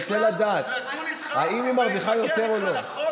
אני רוצה לדעת אם היא מרוויחה יותר או לא.